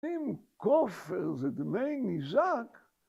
‫אם כופר זה דמי ניזק,